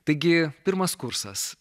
taigi pirmas kursas